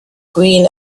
green